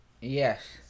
Yes